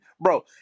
Bro